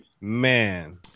Man